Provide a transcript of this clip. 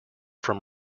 from